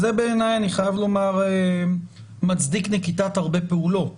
אני חייב לומר שבעיניי זה מצדיק נקיטת הרבה פעולות.